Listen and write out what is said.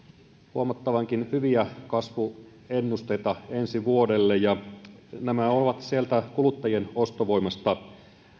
huomattavankin hyviä kasvuennusteita ensi vuodelle ja nämä ensi vuoden hyvät kasvuluvut ovat sieltä kuluttajien ostovoimasta